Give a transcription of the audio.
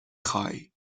خوای